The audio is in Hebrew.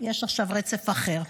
יש עכשיו רצף אחר.